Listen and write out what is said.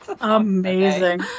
Amazing